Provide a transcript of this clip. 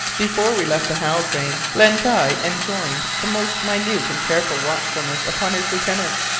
before we left the halbrane len guy enjoined the most minute and careful watchfulness upon his lieutenant.